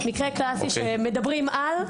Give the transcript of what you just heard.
מדברים על,